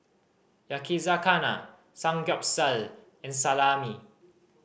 Yakizakana Samgyeopsal and Salami